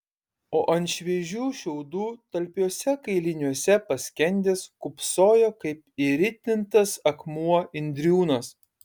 o ant šviežių šiaudų talpiuose kailiniuose paskendęs kūpsojo kaip įritintas akmuo indriūnas